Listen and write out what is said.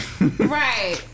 Right